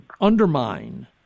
undermine